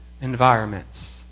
environments